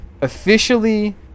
officially